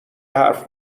حرف